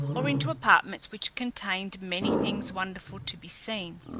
or into apartments which contained many things wonderful to be seen.